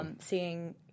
Seeing